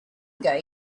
going